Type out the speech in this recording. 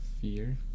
Fear